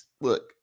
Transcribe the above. Look